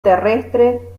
terrestre